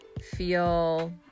feel